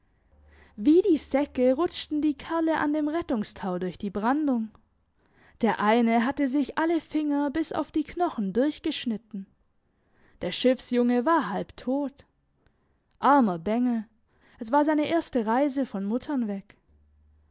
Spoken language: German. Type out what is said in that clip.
wie die säcke rutschten die kerle an dem rettungstau durch die brandung der eine hatte sich alle finger bis auf die knochen durchgeschnitten der schiffsjunge war halb tot armer bengel es war seine erste reise von muttern weg